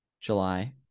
July